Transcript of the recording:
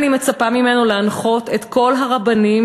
אני מצפה ממנו שינחה את כל הרבנים